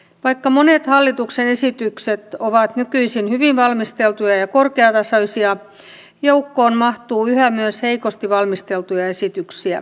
vaikka monet hallituksen esitykset ovat nykyisin hyvin valmisteltuja ja korkeatasoisia joukkoon mahtuu yhä myös heikosti valmisteltuja esityksiä